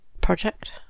project